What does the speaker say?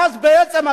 ואז בעצם,